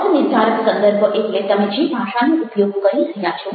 અર્થનિર્ધારક સંદર્ભ એટલે તમે જે ભાષાનો ઉપયોગ કરી રહ્યા છો